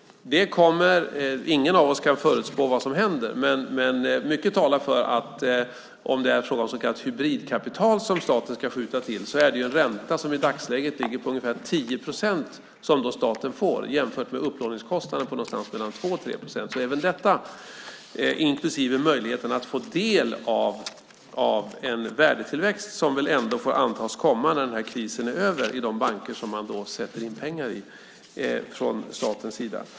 Ingen av oss kan förutspå vad som händer, men mycket talar för att om det är sådant som kallas hybridkapital som staten ska skjuta till är det en ränta som i dagsläget ligger på ungefär 10 procent som då staten får, jämfört med upplåningskostnaden som ligger någonstans mellan 2 och 3 procent. Utöver detta finns möjligheten att få del av en värdetillväxt, som väl ändå får antas komma när den här krisen är över, i de banker som man sätter in pengar i från statens sida.